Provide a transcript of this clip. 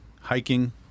hiking